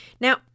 Now